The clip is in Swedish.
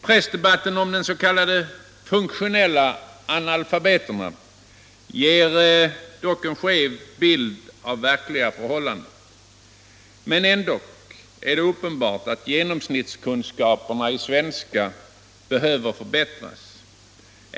Pressdebatten om de s.k. funktionellanalfabeterna ger en skev bild av verkliga förhållandet. Dock är det uppenbart att genomsnittskunskaperna i svenska behöver förbättras.